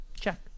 check